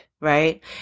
right